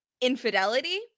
infidelity